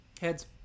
Heads